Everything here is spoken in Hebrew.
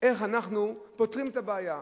איך אנחנו פותרים את הבעיה.